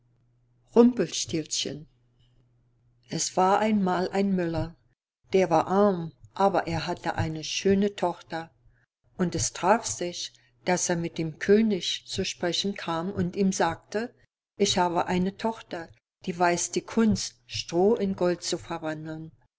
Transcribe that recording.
rumpelstilzchen es war einmal ein müller der war arm aber er hatte eine schöne tochter und es traf sich daß er mit dem könig zu sprechen kam und ihm sagte ich habe eine tochter die weiß die kunst stroh in gold zu verwandeln